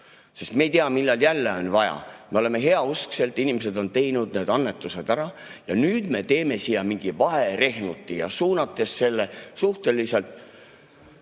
Sest me ei tea, millal jälle on vaja ... Me oleme heausksed, inimesed on teinud need annetused ära, ja nüüd me teeme siia mingi vaherehnuti, suunates selle suhteliselt ...